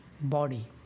body